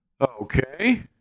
Okay